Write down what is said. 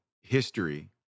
history